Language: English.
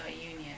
union